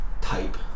type